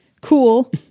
cool